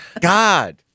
God